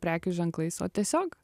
prekių ženklais o tiesiog